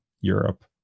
Europe